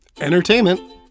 entertainment